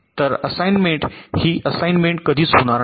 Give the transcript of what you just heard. तर असाईनमेंट ही असाईनमेंट कधीच होणार नाही